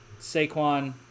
Saquon